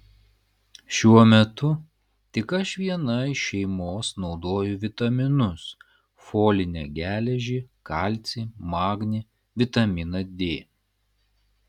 šiuo metu tik aš viena iš šeimos naudoju vitaminus folinę geležį kalcį magnį vitaminą d